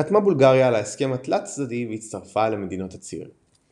חתמה בולגריה על ההסכם התלת-צדדי והצטרפה למדינות הציר.